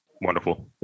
Wonderful